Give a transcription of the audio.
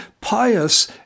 pious